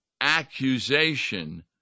accusation